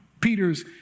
Peter's